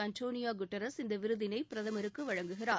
Antonio Guterres இந்த விருதினை பிரதமருக்கு வழங்குகிறார்